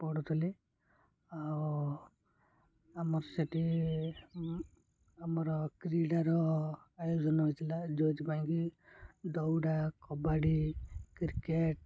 ପଢୁଥିଲି ଆଉ ଆମର ସେଇଠି ଆମର କ୍ରୀଡ଼ାର ଆୟୋଜନ ହେଇଥିଲା ଯେଉଁଥି ପାଇଁ କି ଦୌଡ଼ା କବାଡ଼ି କ୍ରିକେଟ